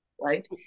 right